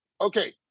Okay